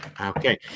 Okay